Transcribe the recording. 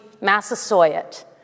Massasoit